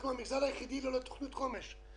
אנחנו המגזר היחיד ללא תוכנית חומש.